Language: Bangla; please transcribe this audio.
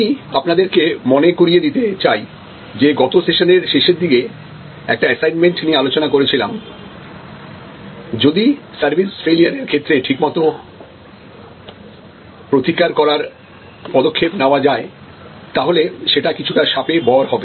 আমি আপনাদের কে মনে করিয়ে দিতে চাই যে গত সেশানের শেষের দিকে একটা অ্যাসাইনমেন্ট নিয়ে আলোচনা করেছিলামযদি সার্ভিস ফেলিওর এর ক্ষেত্রে ঠিকমতো প্রতিকার করার পদক্ষেপ নেওয়া যায় তাহলে সেটা কিছুটা শাপে বর হবে